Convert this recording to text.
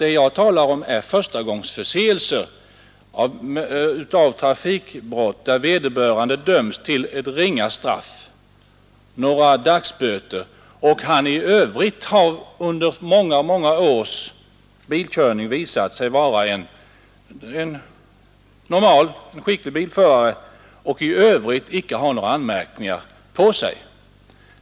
Vad jag avser är förstagångsförseelser, trafikbrott där vederbörande dömts till ett ringa straff — ett fåtal dagsböter — men under många, många års bilkörning visat sig vara en normal, skicklig bilförare och i övrigt icke har några anmärkningar på sig.